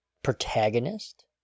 protagonist